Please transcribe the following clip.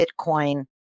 Bitcoin